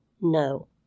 No